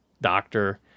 doctor